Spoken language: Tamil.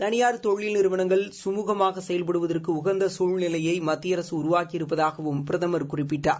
தனியார் தொழில் நிறுவனங்கள் சுமூகமாக செயல்படுவதற்கு உகந்த சூழ்நிலையை மத்திய அரசு உருவாக்கி இருப்பதாகவும் பிரதமர் குறிப்பிட்டார்